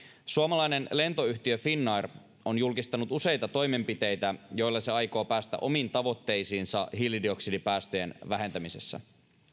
suomalainen lentoyhtiö finnair on julkistanut useita toimenpiteitä joilla se aikoo päästä omiin tavoitteisiinsa hiilidioksidipäästöjen vähentämisessä